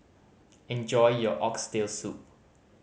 enjoy your Oxtail Soup